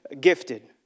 gifted